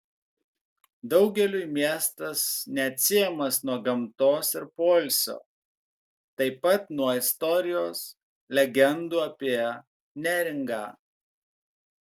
daugeliui miestas neatsiejamas nuo gamtos ir poilsio taip pat nuo istorijos legendų apie neringą